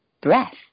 breath